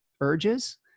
urges